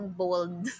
bold